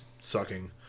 sucking